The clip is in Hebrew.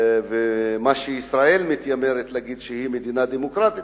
וישראל מתיימרת להגיד שהיא מדינה דמוקרטית,